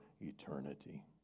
eternity